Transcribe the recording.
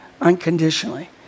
unconditionally